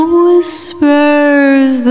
whispers